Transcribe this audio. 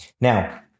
Now